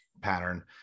pattern